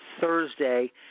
Thursday